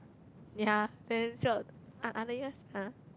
ya ah